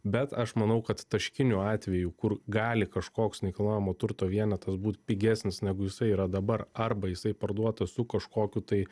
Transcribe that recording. bet aš manau kad taškiniu atveju kur gali kažkoks nekilnojamo turto vienetas būt pigesnis negu jisai yra dabar arba jisai parduotas su kažkokiu tai